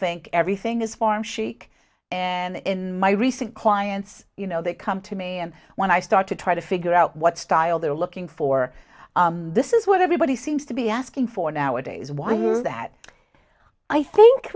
think everything is farm chic and in my recent clients you know they come to me and when i start to try to figure out what style they're looking for this is what everybody seems to be asking for nowadays was that i think